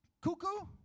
cuckoo